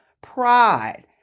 pride